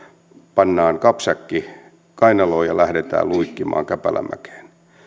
pannaan kapsäkki kainaloon ja lähdetään luikkimaan käpälämäkeen